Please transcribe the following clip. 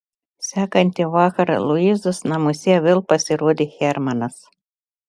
sekantį vakarą luizos namuose vėl pasirodė hermanas